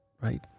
right